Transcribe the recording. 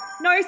No